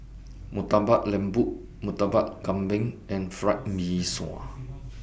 Murtabak Lembu Murtabak Kambing and Fried Mee Sua